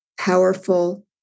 powerful